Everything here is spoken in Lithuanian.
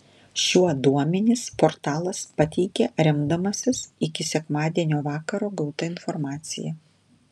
šiuo duomenis portalas pateikė remdamasis iki sekmadienio vakaro gauta informacija